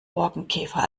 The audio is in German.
borkenkäfer